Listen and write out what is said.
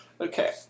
Okay